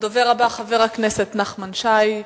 הדובר הבא, חבר הכנסת נחמן שי,